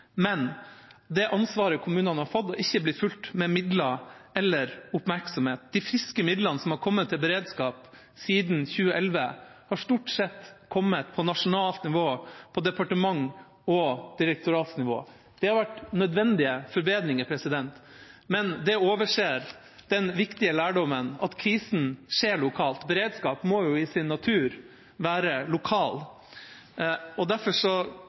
men det ansvaret kommunene har fått, er ikke blitt fulgt opp med midler eller oppmerksomhet. De friske midlene som har kommet til beredskap siden 2011, har stort sett kommet på nasjonalt nivå, på departements- og direktoratsnivå. Det har vært nødvendige forbedringer, men det overser den viktige lærdommen om at kriser skjer lokalt. Beredskap må jo i sin natur være lokal. Derfor